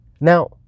Now